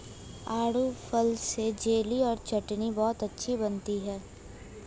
आड़ू फल से जेली और चटनी बहुत अच्छी बनती है